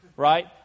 Right